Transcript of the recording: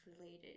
related